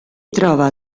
trova